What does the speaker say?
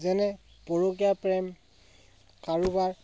যেনে পৰকীয়া প্ৰেম কাৰোবাৰ